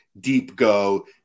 deep-go